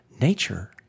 Nature